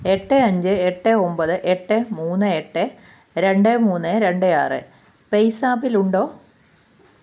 എട്ട് അഞ്ച് എട്ട് ഒൻപത് എട്ട് മൂന്ന് എട്ട് രണ്ട് മൂന്ന് രണ്ട് ആറ് പേയ്സാപ്പിൽ ഉണ്ടോ